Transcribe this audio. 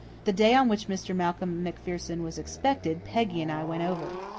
the day on which mr. malcolm macpherson was expected peggy and i went over.